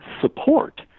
support